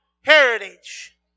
heritage